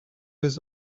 his